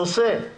הנושא הוא